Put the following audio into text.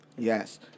Yes